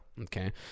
Okay